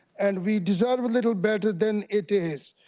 and, we deserve a little better than it is.